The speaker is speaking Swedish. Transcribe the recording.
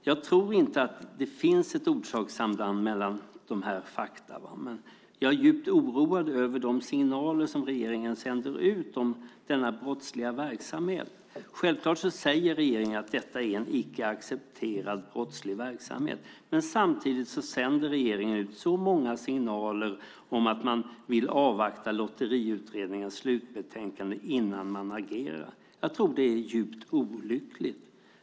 Jag tror inte att det finns ett orsakssamband mellan dessa fakta, men jag är djupt oroad över de signaler som regeringen sänder ut om denna brottsliga verksamhet. Självklart säger regeringen att detta är en icke accepterad brottslig verksamhet, men samtidigt sänder regeringen ut signaler om att de vill avvakta Lotteriutredningens slutbetänkande innan de agerar. Jag tror att det är djupt olyckligt.